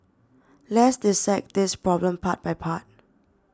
let's dissect this problem part by part